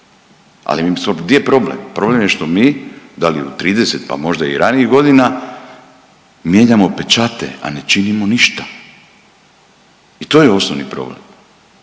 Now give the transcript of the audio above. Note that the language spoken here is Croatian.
Ali mislim di je problem? Problem što mi da li u 30 pa možda i ranijih godina mijenjamo pečate, a ne činimo ništa. I to je osnovni problem.